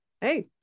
hey